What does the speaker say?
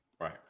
Right